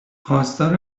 خواستار